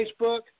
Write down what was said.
Facebook